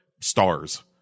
stars